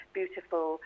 beautiful